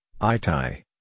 Itai